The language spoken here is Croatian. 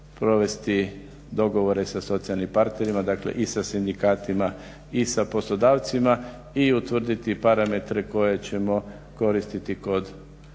provesti dogovore sa socijalnim partnerima, dakle i sa sindikatima, i sa poslodavcima i utvrditi parametre koje ćemo koristiti kod